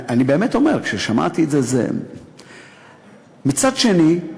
אני באמת אומר, כששמעתי את זה, מצד שני,